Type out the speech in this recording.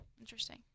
interesting